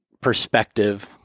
perspective